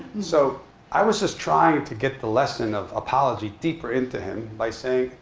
so i was just trying to get the lesson of apology deeper into him by saying,